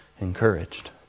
encouraged